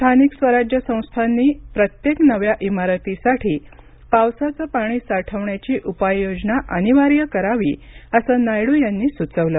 स्थानिक स्वराज्य संस्थांनी प्रत्येक नव्या इमारतीसाठी पावसाचं पाणी साठवण्याची उपाययोजना अनिवार्य करावी असं नायडू यांनी सुचवलं